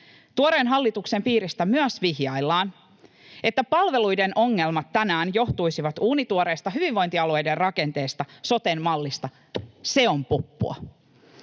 Tuoreen hallituksen piiristä myös vihjaillaan, että palveluiden ongelmat tänään johtuisivat uunituoreesta hyvinvointialueiden rakenteesta, soten mallista — se on puppua.